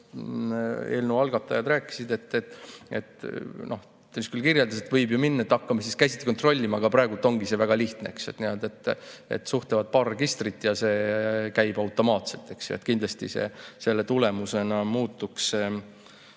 eelnõu algatajad rääkisid, ta vist küll kirjeldas, et võib ju minna nii, et hakkame siis käsitsi kontrollima, aga praegu on see väga lihtne: suhtlevad paar registrit ja see käib automaatselt. Kindlasti selle tulemusena muutuks